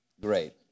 Great